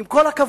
עם כל הכבוד,